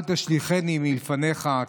"אל תשליכני מלפניך",